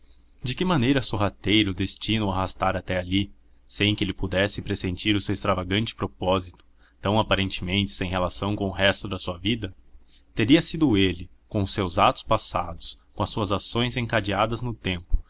de que maneira sorrateira o destino o arrastara até ali sem que ele pudesse pressentir o seu extravagante propósito tão aparentemente sem relação com o resto da sua vida teria sido ele com os seus atos passados com as suas ações encadeadas no tempo